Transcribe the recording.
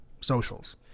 socials